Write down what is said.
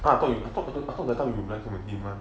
I thought you you you that you like him one